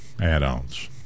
add-ons